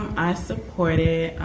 i support it.